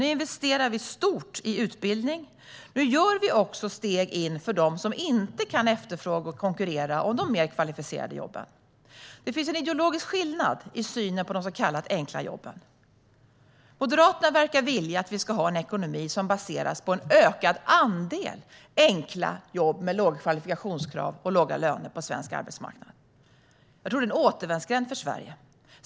Nu investerar vi stort i utbildning. Nu skapar vi också steg in för dem som inte kan efterfråga och konkurrera om de mer kvalificerade jobben. Det finns en ideologisk skillnad i synen på de så kallade enkla jobben. Moderaterna verkar vilja att vi ska ha en ekonomi som baseras på en ökad andel enkla jobb med låga kvalifikationskrav och låga löner på svensk arbetsmarknad. Jag tror att det är en återvändsgränd för Sverige.